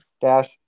dash